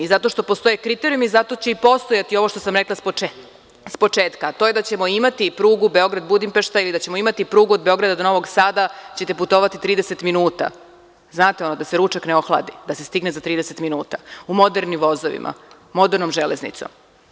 Zato što postoje kriterijumi, zato će i postojati ovo što sam rekla s početka, a to je da ćemo imati prugu Beograd – Budimpešta, ili da ćemo imati prugu, od Beograda do Novog Sada ćete putovati 30 minuta, ono, da se ručak ne ohladi, da se stigne za 30 minuta, u modernim vozovima, modernom železnicom.